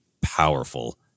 powerful